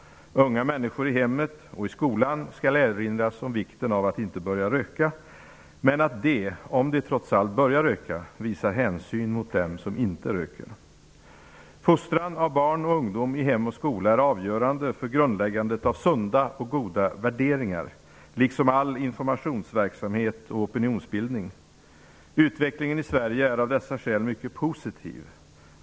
Unga människor skall i hemmet och i skolan erinras om vikten av att inte börja röka och av att de, om de trots allt börjar röka, visar hänsyn mot dem som inte röker. Fostran av barn och ungdom i hem och skola är avgörande för grundläggandet av sunda och goda värderingar, liksom all informationsverksamhet och opinionsbildning är. Utvecklingen i Sverige är av dessa skäl mycket positiv.